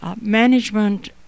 Management